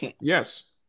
yes